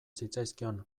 zitzaizkion